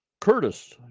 Curtis